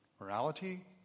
Morality